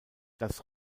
das